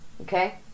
Okay